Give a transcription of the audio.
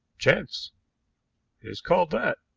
chance! it is called that.